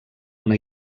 una